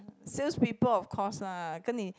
sales people of course lah 跟你